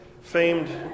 famed